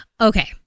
Okay